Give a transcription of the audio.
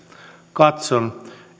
katson